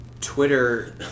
Twitter